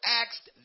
asked